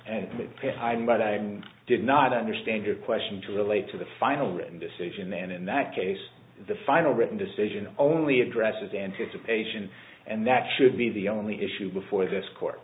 passed hiding but i did not understand your question to relate to the final decision and in that case the final written decision only addresses anticipation and that should be the only issue before this court